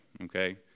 okay